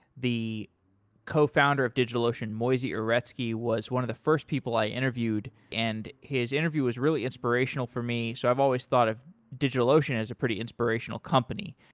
the cofounder of digitalocean, moisey uretsky, was one of the first people i interviewed and his interview is really inspirational for me, so i've always thought of digitalocean is a pretty inspirational company.